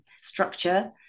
structure